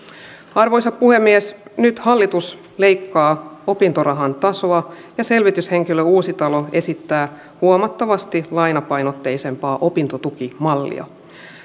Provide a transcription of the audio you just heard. arvoisa puhemies nyt hallitus leikkaa opintorahan tasoa ja selvityshenkilö uusitalo esittää huomattavasti lainapainotteisempaa opintotukimallia